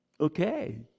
okay